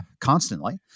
constantly